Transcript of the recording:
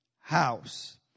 house